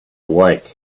awake